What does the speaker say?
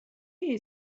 you